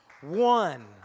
One